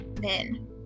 men